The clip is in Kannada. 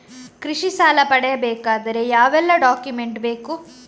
ಕೃಷಿ ಸಾಲ ಪಡೆಯಬೇಕಾದರೆ ಯಾವೆಲ್ಲ ಡಾಕ್ಯುಮೆಂಟ್ ಬೇಕು?